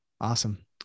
Awesome